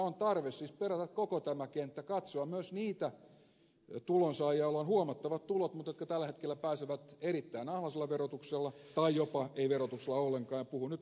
on tarve siis perata koko tämä kenttä katsoa myös niitä tulonsaajia joilla on huomattavat tulot mutta jotka tällä hetkellä pääsevät erittäin alhaisella verotuksella tai jopa ei verotuksella ollenkaan ja puhun nyt erilaisista pääomatuloista